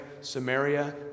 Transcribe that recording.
Samaria